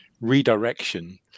redirection